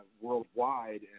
worldwide